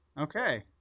okay